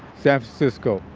san francisco.